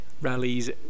rallies